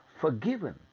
forgiven